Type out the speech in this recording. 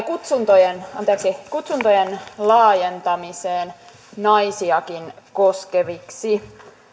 kutsuntojen kutsuntojen laajentamiseen naisiakin koskeviksi